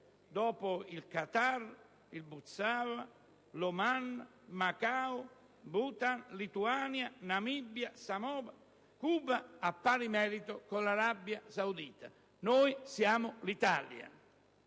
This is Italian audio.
dopo Quatar, Botswana, Oman, Macau, Bhutan, Lituania, Namibia, Samoa, Cuba, a pari merito con l'Arabia Saudita. Noi siamo l'Italia!